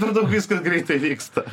per daug viskas greitai vyksta